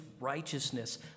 righteousness